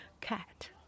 cat